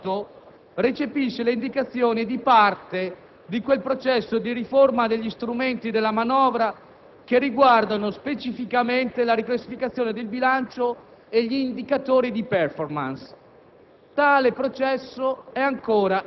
Il bilancio per l'anno 2008 recepisce le indicazioni di parte di quel processo di riforma degli strumenti della manovra che riguardano specificamente la riclassificazione del bilancio e gli indicatori di *performance*.